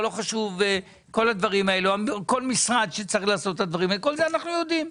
את כל זה אנחנו יודעים.